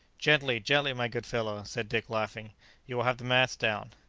gently, gently, my good fellow! said dick, laughing you will have the mast down.